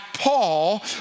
Paul